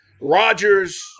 Rodgers